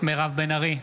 מירב בן ארי,